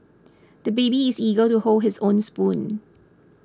the baby is eager to hold his own spoon